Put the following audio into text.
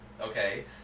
Okay